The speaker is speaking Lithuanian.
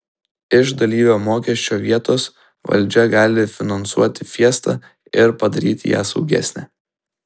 iš dalyvio mokesčio vietos valdžia gali finansuoti fiestą ir padaryti ją saugesnę